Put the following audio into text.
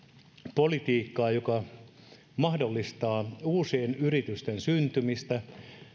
politiikkaa joka mahdollistaa uusien yritysten syntymistä